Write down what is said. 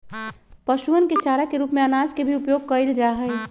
पशुअन के चारा के रूप में अनाज के भी उपयोग कइल जाहई